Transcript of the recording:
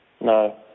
No